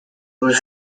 would